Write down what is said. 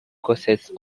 causes